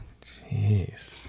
Jeez